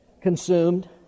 consumed